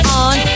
on